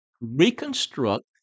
reconstruct